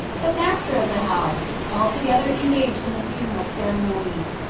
the master of the house, altogether engaged in the funeral ceremonies,